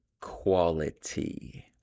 quality